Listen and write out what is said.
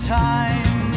time